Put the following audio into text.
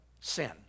sin